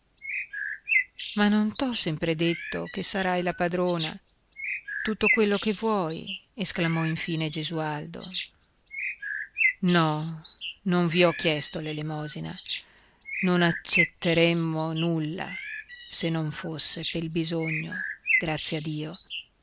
non t'ho sempre detto che sarai la padrona tutto quello che vuoi esclamò infine gesualdo no non vi ho chiesto l'elemosina non accetteremmo nulla se non fosse pel bisogno grazie a dio